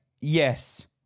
yes